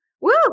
Woo